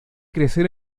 crecer